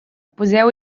poseu